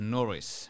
Norris